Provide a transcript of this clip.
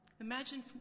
Imagine